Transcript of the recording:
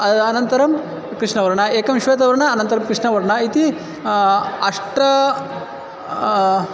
अनन्तरं कृष्णवर्णम् एकं श्वतवर्णम् अनन्तरं कृष्णवर्णम् इति अष्ट